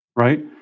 right